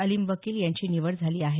अलीम वकील यांची निवड झाली आहे